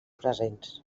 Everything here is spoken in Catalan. presents